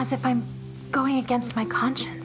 as if i'm going against my conscience